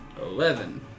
Eleven